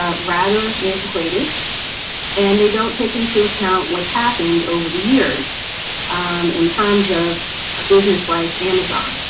ah rather antiquated and they don't take into account what's happened over the years in times of a business like amazon.